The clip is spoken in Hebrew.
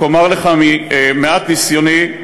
רק אומר לך ממעט ניסיוני,